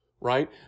right